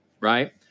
right